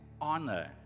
honor